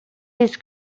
his